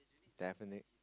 definite